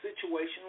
situation